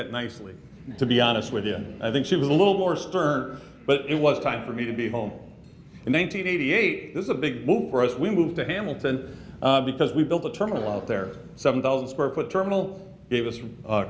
that nicely to be honest with you i think she was a little more stern but it was time for me to be home one hundred eighty eight is a big move for us we moved to hamilton because we built a terminal out there seven thousand square foot terminal dav